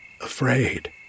afraid